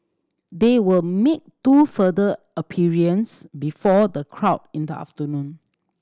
they will two further appearance before the crowd in the afternoon